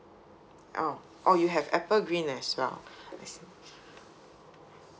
oh oh you have apple green as well I see